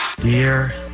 Dear